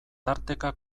tarteka